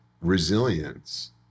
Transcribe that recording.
resilience